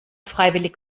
freiwillig